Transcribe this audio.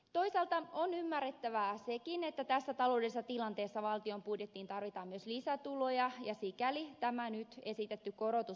toisaalta on ymmärrettävää sekin että tässä taloudellisessa tilanteessa valtion budjettiin tarvitaan myös lisätuloja ja sikäli tämä nyt esitetty korotus on perusteltu